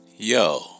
Yo